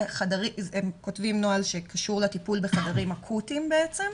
הם כותבים נוהל שקשור לטיפול בחדרים אקוטיים בעצם,